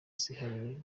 zihariye